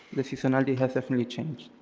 the seasonality has definitely changed.